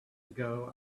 ago